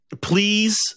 please